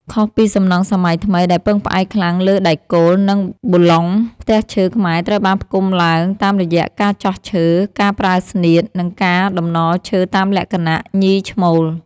ខុសពីសំណង់សម័យថ្មីដែលពឹងផ្អែកខ្លាំងលើដែកគោល និងប៊ូឡុង ផ្ទះឈើខ្មែរត្រូវបានផ្គុំឡើងតាមរយៈការចោះឈើ ការប្រើស្នៀត និងការតំណឈើតាមលក្ខណៈ ញី-ឈ្មោល ។